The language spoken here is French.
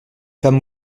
femme